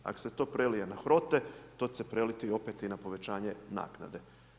Ako se to prelije na HROTE, to će se preliti opet i na povećanje naknade.